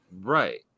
Right